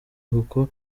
kuko